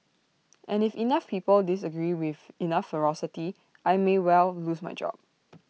and if enough people disagree with enough ferocity I may well lose my job